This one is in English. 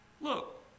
look